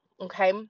okay